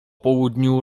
południu